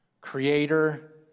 creator